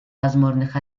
возможных